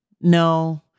no